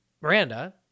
Miranda